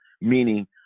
meaning